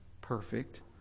perfect